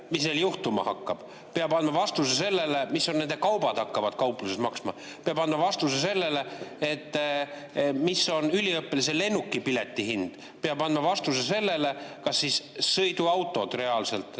mis seal juhtuma hakkab. Peab andma vastuse sellele, mis nende kaubad hakkavad kaupluses maksma. Peab andma vastuse sellele, mis on üliõpilase lennukipileti hind. Peab andma vastuse sellele, milline on reaalselt